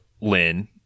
Lynn